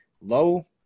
low